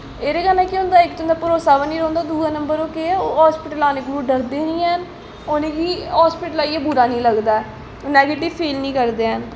एह्दे कन्नै केह् ऐ इक ते भरोसा बनेआ रौंह्दा ऐ दुआ नंबर हस्पिटल आह्लें कोला दा डरदे निं हैन उ'नें गी हस्पिटल आइयै बुरा निं लगादा ऐ नैगेटिव फील निं करदे हैन